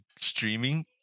streaming